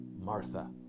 Martha